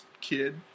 kid